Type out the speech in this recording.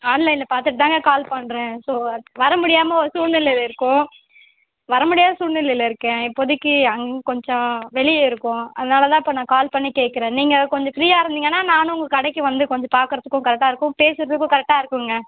ஆன்லைனில் பார்த்துட்டுதாங்க கால் பண்ணுறேன் ஸோ வர முடியாமல் ஒரு சூழ்நிலையில் இருக்கோம் வர முடியாத சூழ்நிலையில் இருக்கேன் இப்போதைக்கு நாங்கள் கொஞ்சம் வெளியே இருக்கோம் அதனால்தான் இப்போ நான் கால் பண்ணி கேட்குறேன் நீங்கள் கொஞ்சம் ஃப்ரீயாக இருந்தீங்கன்னால் நானும் உங்கள் கடைக்கு வந்து கொஞ்சம் பார்க்குறதுக்கும் கரெக்டாக இருக்கும் பேசுறதுக்கும் கரெக்டாக இருக்குங்க